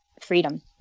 freedom